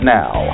now